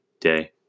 day